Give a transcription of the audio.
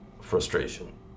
frustration